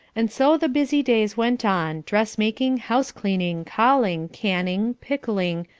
and so the busy days went on, dressmaking, house-cleaning, calling, canning, pickling,